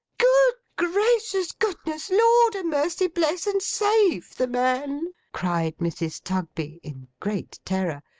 good gracious, goodness, lord-a-mercy bless and save the man cried mrs. tugby, in great terror.